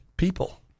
people